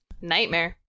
Nightmare